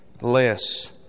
less